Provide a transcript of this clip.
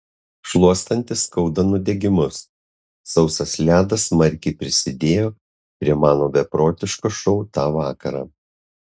šluostantis skauda nudegimus sausas ledas smarkiai prisidėjo prie mano beprotiško šou tą vakarą